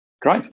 Great